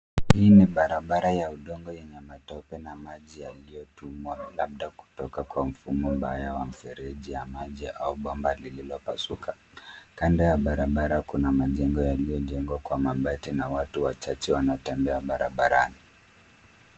Hii ni barabara ya udongo yenye matope na maji yaliyotumwa labda kutoka kwa mfumo mbaya wa mfrereji ya maji au bomba lililopasuka. Kando ya barabara kuna majengo yaliyojengwa kwa mabati na watu wachache wanatembea barabarani.